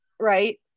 right